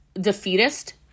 defeatist